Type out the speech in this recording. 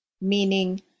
Meaning